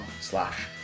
slash